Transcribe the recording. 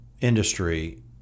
industry